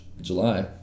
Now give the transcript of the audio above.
July